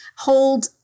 hold